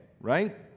right